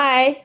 Bye